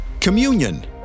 Communion